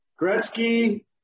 Gretzky